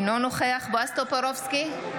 אינו נוכח בועז טופורובסקי,